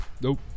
Nope